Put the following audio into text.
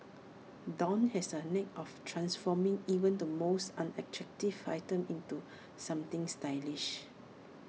dawn has A knack for transforming even the most unattractive item into something stylish